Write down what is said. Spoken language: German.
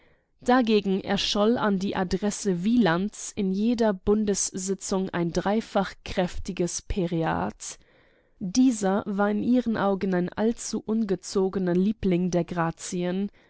dagegen erscholl an die adresse wieland in jeder bundessitzung ein dreifach kräftiges pereat dieser war in ihren augen ein allzu ungezogener liebling der grazien